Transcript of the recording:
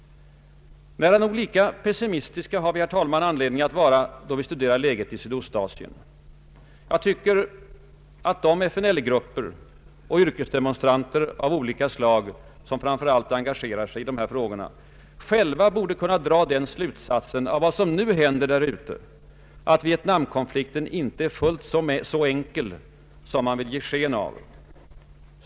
Nära nog lika pessimistiska har vi anledning att vara då vi studerar läget i Sydostasien. Jag tycker måhända att de FNL-grupper och yrkesdemonstranter av olika slag som framför allt engagerar sig i dessa frågor borde själva kunna dra den slutsatsen av vad som nu händer där ute, att Vietnamkonflikten inte är fullt så enkel som man vill ge sken av.